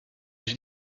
j’ai